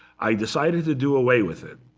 i decided to do away with it.